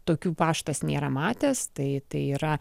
tokių paštas nėra matęs tai yra